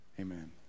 Amen